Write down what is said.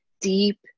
deep